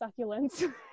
succulents